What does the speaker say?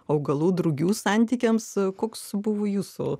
augalų drugių santykiams koks buvo jūsų